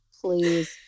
Please